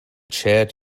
chad